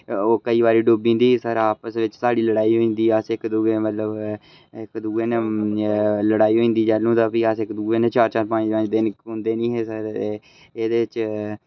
ओह् केई बारी डुब्बी जंदी सर आपस बिच्च साढ़ी लड़ाई होई जंदी अस इक दुए मतलब इक दुए ने इ'यां लड़ाई होई जंदी जानू ते फ्ही अस इक दुए कन्नै चार चार पंज पंज दिन खड़ोंदे नी हे सर एह्दे च